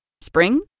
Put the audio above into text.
Spring